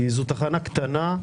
כי זו תחנה קטנה.